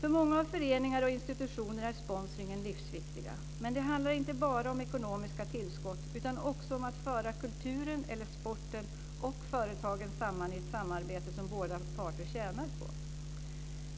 För många föreningar och institutioner är sponsring livsviktig. Men det handlar inte bara om ekonomiska tillskott utan också om att föra kulturen eller sporten och företagen samman i ett samarbete som båda parter tjänar på.